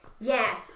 Yes